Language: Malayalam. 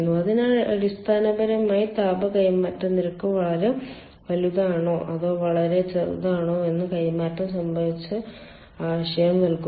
അതിനാൽ അടിസ്ഥാനപരമായി താപ കൈമാറ്റ നിരക്ക് വളരെ വലുതാണോ അതോ വളരെ ചെറുതാണോ എന്ന് കൈമാറ്റം സംബന്ധിച്ച് ആശയം നൽകുന്നു